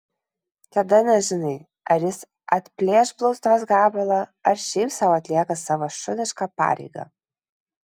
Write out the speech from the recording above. tada nežinai ar jis atplėš blauzdos gabalą ar šiaip sau atlieka savo šunišką pareigą